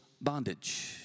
bondage